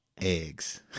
Eggs